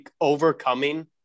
overcoming